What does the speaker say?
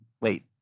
Wait